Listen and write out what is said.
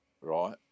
right